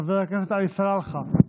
חבר הכנסת עלי סלאלחה,